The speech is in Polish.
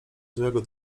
złego